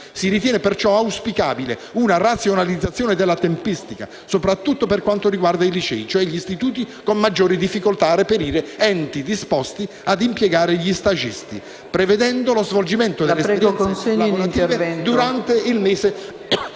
Si ritiene, perciò, auspicabile una razionalizzazione della tempistica, soprattutto per quanto riguarda i licei, cioè gli istituti con maggiore difficoltà a reperire enti disposti a impiegare gli stagisti, prevedendo lo svolgimento delle esperienze lavorative durante il mese